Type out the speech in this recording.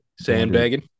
Sandbagging